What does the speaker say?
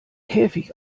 käfig